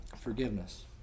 forgiveness